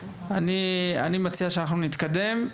אני מציע שאנחנו נתקדם.